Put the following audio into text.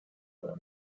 work